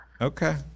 Okay